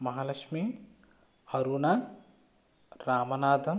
Mahalakshmi Aruna Ramanathan